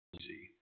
easy